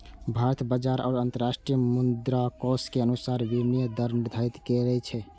भारत बाजार आ अंतरराष्ट्रीय मुद्राकोष के अनुसार विनिमय दर निर्धारित करै छै